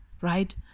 right